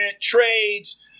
trades